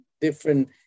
different